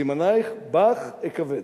סימנייך בך אכבד.